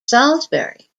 salisbury